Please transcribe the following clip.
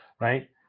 right